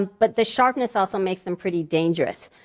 but the sharpness also makes them pretty dangerous.